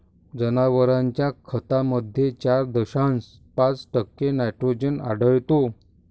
जनावरांच्या खतामध्ये चार दशांश पाच टक्के नायट्रोजन आढळतो